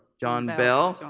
john bell.